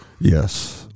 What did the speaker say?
Yes